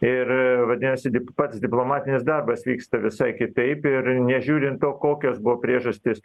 ir vadinasi dip pats diplomatinis darbas vyksta visai kitaip ir nežiūrint to kokios buvo priežastys